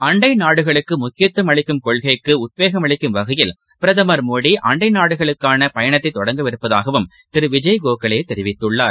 அண்டைநாடுகளுக்குமுக்கியத்துவம் அளிக்கும் கொள்கைக்குஉத்வேகம் அளிக்கும் வகையில் பிரதமர் மோடி அண்டநாடுகளுக்கானபயணத்தைதொடங்கியிருப்பதாகவும் திருவிஜய் கோகலேதெரிவித்துள்ளார்